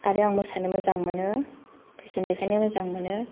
आरो आं मोसानो मोजां मोनो फेशन देखायनो मोजां मोनो